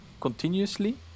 continuously